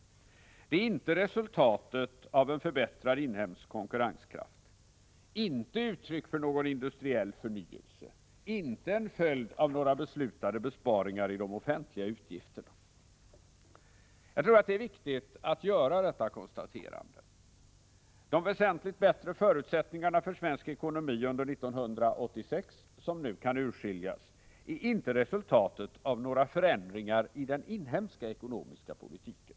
Det är inte resultatet av en förbättrad inhemsk konkurrenskraft, inte uttryck för någon industriell förnyelse och inte en följd av några beslutade besparingar i de offentliga utgifterna. Jag tror att det är viktigt att göra detta konstaterande. De väsentligt bättre förutsättningarna för svensk ekonomi under 1986 som nu kan urskiljas är inte resultatet av några förändringar i den inhemska ekonomiska politiken.